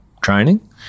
training